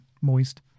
moist